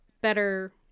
better